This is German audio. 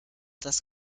das